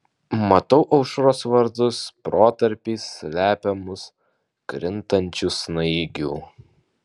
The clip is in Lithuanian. matau aušros vartus protarpiais slepiamus krintančių snaigių